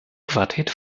quartett